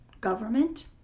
government